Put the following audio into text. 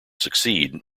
succeed